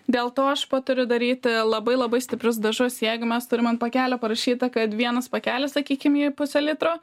dėl to aš patariu daryti labai labai stiprius dažus jeigu mes turim ant pakelio parašyta kad vienas pakelis sakykim į pusė litro